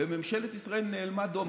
וממשלת ישראל נאלמה דום.